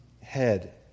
head